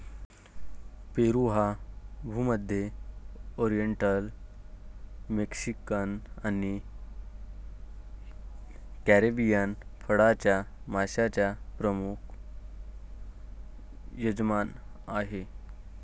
पेरू हा भूमध्य, oriental, Mexican आणि कॅरिबियन फळांच्या माश्यांचा प्रमुख यजमान आहे